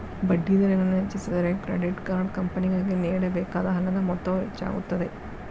ಬಡ್ಡಿದರಗಳನ್ನು ಹೆಚ್ಚಿಸಿದರೆ, credit card ಕಂಪನಿಗಳಿಗೆ ನೇಡಬೇಕಾದ ಹಣದ ಮೊತ್ತವು ಹೆಚ್ಚಾಗುತ್ತದೆ